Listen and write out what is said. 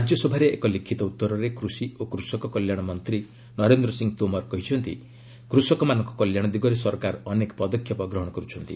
ରାଜ୍ୟ ସଭାରେ ଏକ ଲିଖିତ ଉତ୍ତରରେ କୃଷି ଓ କୃଷକ କଲ୍ୟାଣ ମନ୍ତ୍ରୀ ନରେନ୍ଦ୍ର ସିଂ ତୋମର କହିଛନ୍ତି କୃଷକ ମାନଙ୍କ କଲ୍ୟାଣ ଦିଗରେ ସରକାର ଅନେକ ପଦକ୍ଷେପ ଗ୍ରହଣ କରୁଛନ୍ତି